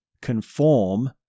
conform